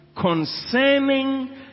Concerning